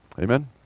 Amen